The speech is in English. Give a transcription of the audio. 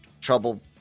trouble